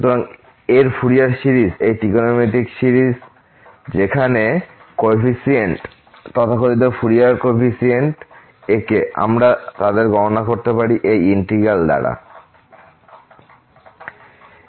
সুতরাং এর Fourier series এই ত্রিকোণমিতিক series fa02k1akcos kx bksin kx যেখানে কোফিসিয়েন্টস তথাকথিত ফুরিয়ার কোফিসিয়েন্টস ak আমরা তাদের গণণা করতে পারি এই ইন্টিগ্র্যাল 1 πfxcos kx dx দ্বারা